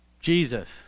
Jesus